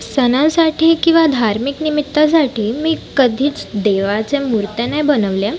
सणासाठी किंवा धार्मिक निमित्तासाठी मी कधीच देवाच्या मूर्त्या नाही बनवल्या